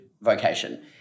vocation